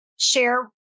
share